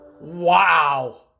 wow